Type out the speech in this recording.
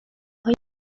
های